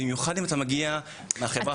במיוחד אם אתה מגיע מהחברה החרדית.